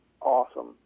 awesome